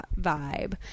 vibe